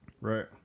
Right